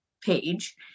page